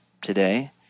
today